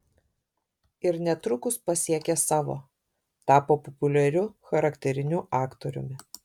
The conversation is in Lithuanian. ir netrukus pasiekė savo tapo populiariu charakteriniu aktoriumi